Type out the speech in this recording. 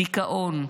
דיכאון,